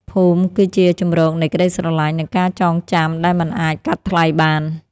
ភូមិគឺជាជម្រកនៃក្ដីស្រឡាញ់ និងការចងចាំដែលមិនអាចកាត់ថ្លៃបាន។